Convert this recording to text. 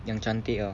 yang cantik ah